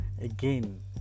again